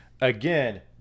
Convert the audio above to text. Again